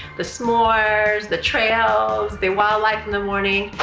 the s'mores, the trails, the wildlife in the morning.